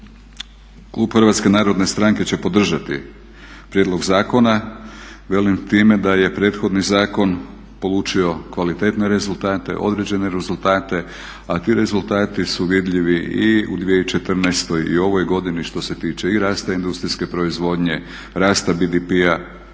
Klub HNS-a će podržati prijedlog zakona, time da je prethodni zakon polučio kvalitetne rezultate, određene rezultate, a ti rezultati su vidljivi i u 2014.i u ovoj godini što se tiče i rasta industrijske proizvodnje, rasta BDP-a.